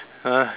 !huh!